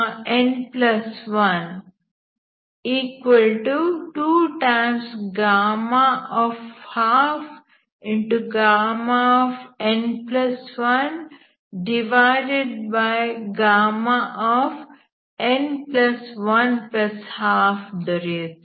12n1n112 ದೊರೆಯುತ್ತದೆ